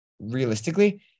realistically